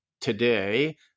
today